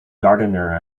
gardener